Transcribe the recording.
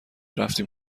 رفتیم